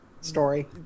story